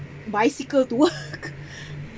bicycle to work